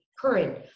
current